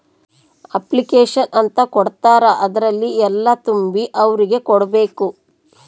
application ಅಂತ ಕೊಡ್ತಾರ ಅದ್ರಲ್ಲಿ ಎಲ್ಲ ತುಂಬಿ ಅವ್ರಿಗೆ ಕೊಡ್ಬೇಕು